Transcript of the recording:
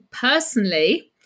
personally